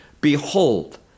behold